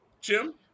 Jim